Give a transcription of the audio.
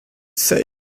said